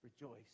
Rejoice